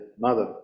mother